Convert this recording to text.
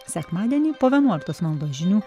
sekmadienį po vienuoliktos valandos žinių